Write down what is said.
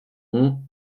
ont